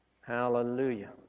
Hallelujah